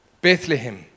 Bethlehem